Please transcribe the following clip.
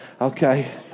Okay